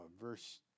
verse